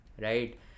right